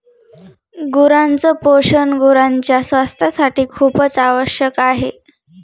गुरांच पोषण गुरांच्या स्वास्थासाठी खूपच आवश्यक आहे